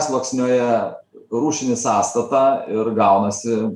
sluoksniuoja rūšinį sąstatą ir gaunasi